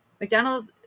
McDonald